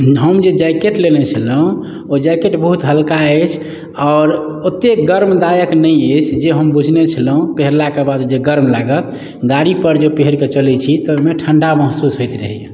हम जे जैकेट लेने छलहुॅं ओ जैकेट बहुत हल्का अछि आओर ओते गर्मदायक नहि अछि जे हम बुझने छलहुॅं पहिरला के बाद जे गरम लागत गाड़ी पर जे पहिरके चलै छी तऽ ओहिमे ठंडा महसूस होइत रहैया